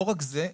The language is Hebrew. לא רק זה,